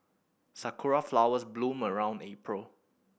sakura flowers bloom around April